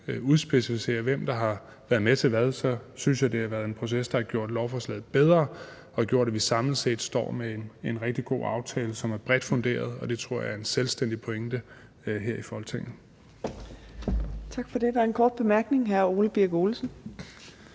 udspecificere, hvem der har været med til hvad, så synes jeg, det har været en proces, der har gjort lovforslaget bedre og gjort, at vi samlet set står med en rigtig god aftale, som er bredt funderet – og det tror jeg er en selvstændig pointe – her i Folketinget. Kl. 16:42 Fjerde næstformand (Trine Torp):